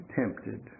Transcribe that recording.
tempted